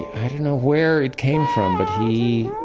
i didn't know where it came from, but he